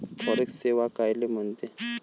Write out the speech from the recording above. Forex सेवा कायले म्हनते?